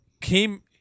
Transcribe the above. came